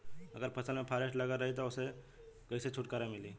अगर फसल में फारेस्ट लगल रही त ओस कइसे छूटकारा मिली?